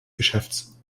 geschäfts